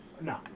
No